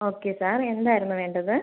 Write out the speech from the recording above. okay sir എന്തായിരുന്നു വേണ്ടത്